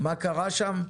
מה קרה שם,